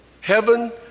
heaven